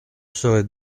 serais